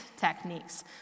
techniques